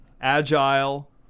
agile